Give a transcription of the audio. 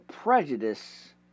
prejudice